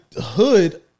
hood